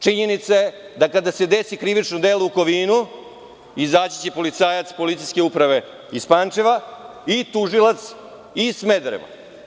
Činjenica je, da kada se desi krivično delo u Kovinu, izaći će policajac Policijske uprave iz Pančeva i tužilac iz Smedereva.